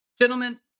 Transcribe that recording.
Gentlemen